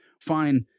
fine